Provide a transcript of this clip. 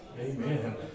Amen